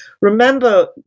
remember